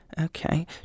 Okay